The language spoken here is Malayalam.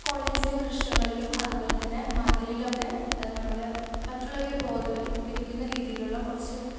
കോളേജിലെ വൃക്ഷങ്ങളിലും അതുപോലെ തന്നെ മതിലിലൊക്കെ നമ്മൾ മറ്റുള്ളവരെ ബോധവൽക്കരിക്കുന്ന രീതിയിലുള്ള കുറച്ച്